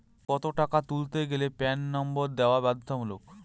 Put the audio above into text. কত টাকা তুলতে গেলে প্যান নম্বর দেওয়া বাধ্যতামূলক?